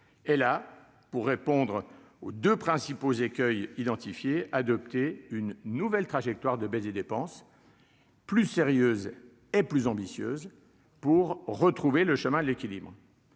est là pour répondre aux 2 principaux écueils adopter une nouvelle trajectoire de baisse des dépenses plus sérieuse et plus ambitieuse pour retrouver le chemin de l'équilibre.